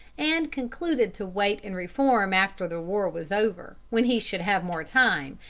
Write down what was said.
and concluded to wait and reform after the war was over, when he should have more time,